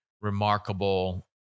remarkable